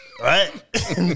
Right